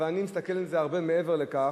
אבל אני מסתכל על זה הרבה מעבר לכך.